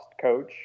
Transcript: coach